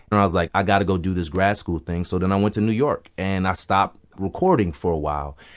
and i was like, i got to go do this grad school thing. so then i went to new york, and i stopped recording for a while.